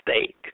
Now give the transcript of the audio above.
Steak